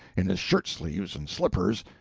in his shirt sleeves and slippers,